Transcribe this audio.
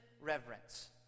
reverence